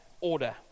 order